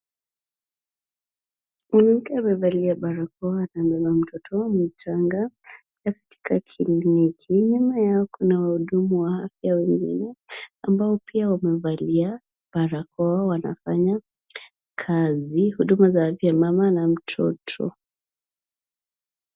Mwanamke amevalia barakoa na amebeba mtoto mchanga katika kliniki, nyuma yao kuna wahudumu wa afya wawili ambao pia wamevalia barakoa wanafanya kazi, huduma za afya mama na mtoto.